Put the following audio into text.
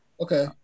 okay